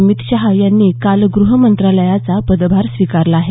अमित शाह यांनी काल ग्रह मंत्रालयाचा पदभार स्वीकारला आहे